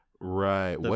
Right